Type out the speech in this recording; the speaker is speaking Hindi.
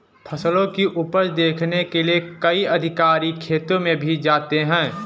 फसलों की उपज देखने के लिए कई अधिकारी खेतों में भी जाते हैं